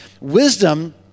Wisdom